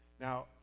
Now